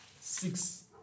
six